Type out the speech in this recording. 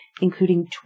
including